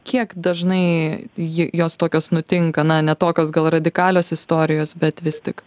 kiek dažnai ji jos tokios nutinka na ne tokios gal radikalios istorijos bet vis tik